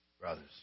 Brothers